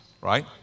right